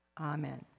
Amen